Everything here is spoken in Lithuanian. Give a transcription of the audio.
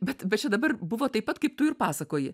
bet bet čia dabar buvo taip pat kaip tu ir pasakoji